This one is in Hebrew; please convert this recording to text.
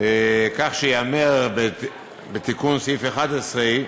כך שייאמר בתיקון סעיף 11: